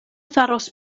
faros